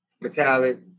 metallic